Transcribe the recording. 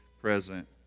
present